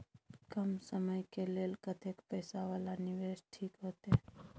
कम समय के लेल कतेक पैसा वाला निवेश ठीक होते?